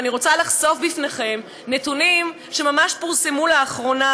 ואני רוצה לחשוף בפניכם נתונים שממש פורסמו לאחרונה